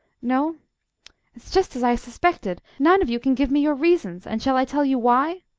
no it's just as i suspected none of you can give me your reasons, and shall i tell you why?